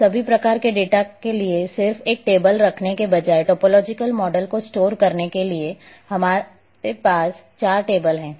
अब सभी प्रकार के डेटा के लिए सिर्फ एक टेबल रखने के बजाय टोपोलॉजिकल मॉडल को स्टोर करने के लिए अब हमारे पास चार टेबल हैं